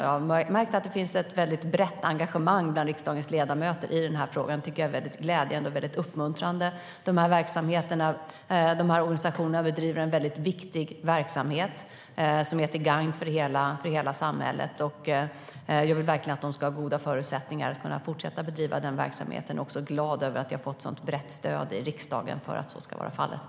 Jag har märkt att det finns ett brett engagemang bland riksdagens ledamöter i den här frågan. Det tycker jag är glädjande och uppmuntrande. De här organisationerna bedriver en väldigt viktig verksamhet som är till gagn för hela samhället. Jag vill verkligen att de ska ha goda förutsättningar för att fortsätta bedriva den verksamheten och är också glad över att jag har fått ett sådant brett stöd i riksdagen för att så ska vara fallet.